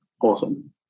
Awesome